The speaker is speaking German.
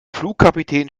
flugkapitän